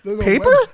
Paper